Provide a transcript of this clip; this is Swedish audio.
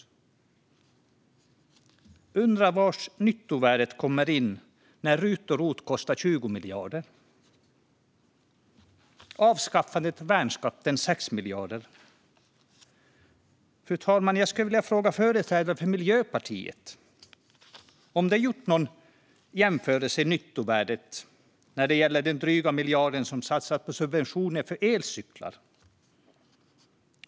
Jag undrar var nyttovärdet kommer in när RUT och ROT kostar 20 miljarder och avskaffandet av värnskatten 6 miljarder. Fru talman! Jag skulle vilja fråga företrädare för Miljöpartiet om de gjort någon jämförelse av nyttovärdet när det gäller den dryga miljard som satsats på subventioner för elcyklar.